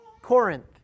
Corinth